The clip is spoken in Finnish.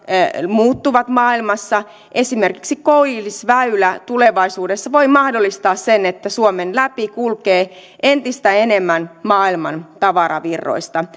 muuttuvat maailmassa esimerkiksi koillisväylä tulevaisuudessa voi mahdollistaa sen että suomen läpi kulkee entistä enemmän maailman tavaravirroista